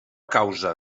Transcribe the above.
causa